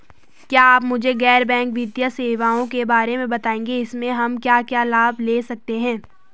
क्या आप मुझे गैर बैंक वित्तीय सेवाओं के बारे में बताएँगे इसमें हम क्या क्या लाभ ले सकते हैं?